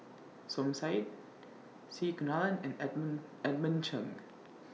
Som Said C Kunalan and Edmund Edmund Cheng